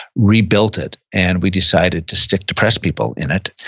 rebuilt it, and we decided to stick depressed people in it,